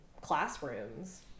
classrooms